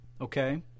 Okay